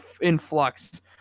influx